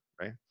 right